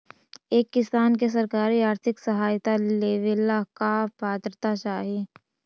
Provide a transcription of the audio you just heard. एक किसान के सरकारी आर्थिक सहायता लेवेला का पात्रता चाही?